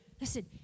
Listen